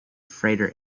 freighter